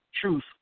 truth